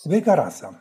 sveika rasa